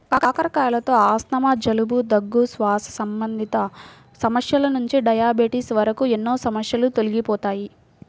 కాకరకాయలతో ఆస్తమా, జలుబు, దగ్గు, శ్వాస సంబంధిత సమస్యల నుండి డయాబెటిస్ వరకు ఎన్నో సమస్యలు తొలగిపోతాయి